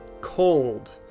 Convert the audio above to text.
cold